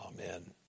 Amen